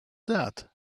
that